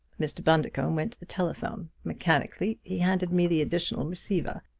mr. bundercombe went to the telephone. mechanically he handed me the additional receiver.